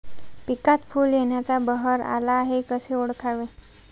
पिकात फूल येण्याचा बहर आला हे कसे ओळखावे?